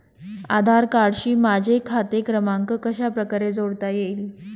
आधार कार्डशी माझा खाते क्रमांक कशाप्रकारे जोडता येईल?